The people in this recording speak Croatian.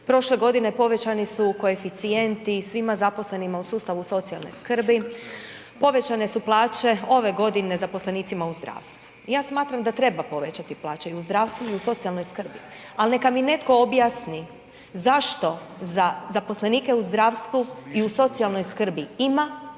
prošle godine povećani su koeficijenti svima zaposlenima u sustavu socijalne skrbi, povećane su plaće ove godine zaposlenicima u zdravstvu. Ja smatram da treba povećati plaće i u zdravstvu i u socijalnoj skrbi ali neka mi netko objasni zašto za zaposlenike u zdravstvu i u socijalnoj skrbi ima